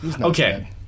Okay